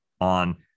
on